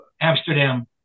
Amsterdam